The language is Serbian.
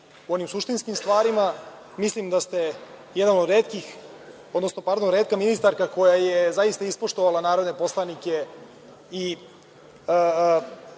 u onim suštinskim stvarima, mislim da ste retka ministarka koja je zaista ispoštovala narodne poslanike i